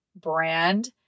brand